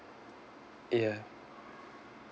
ya